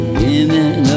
women